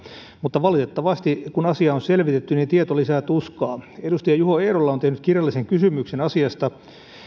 mutta valitettavasti kun asiaa on selvitetty tieto lisää tuskaa edustaja juho eerola on tehnyt kirjallisen kysymyksen asiasta